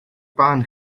barn